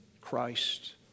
Christ